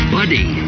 Buddy